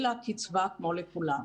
אלא קצבה כמו לכולם.